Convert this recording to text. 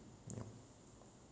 yup